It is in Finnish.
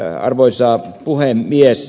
arvoisa puhemies